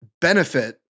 benefit